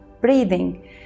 breathing